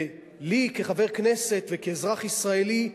לי כחבר כנסת וכאזרח ישראלי.